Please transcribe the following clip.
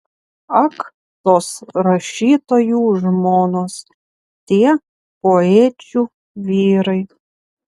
ak tos rašytojų žmonos tie poečių vyrai